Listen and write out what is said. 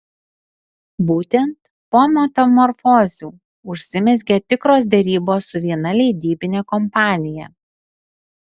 būtent po metamorfozių užsimezgė tikros derybos su viena leidybine kompanija